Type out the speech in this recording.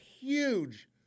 huge